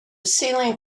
ceiling